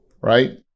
right